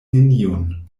neniun